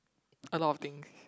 a lot of things